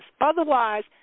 Otherwise